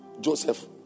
Joseph